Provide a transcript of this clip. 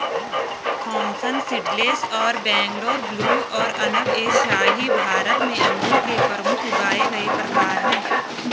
Thompson seedless और Bangalore blue और अनब ए शाही भारत में अंगूर के प्रमुख उगाए गए प्रकार हैं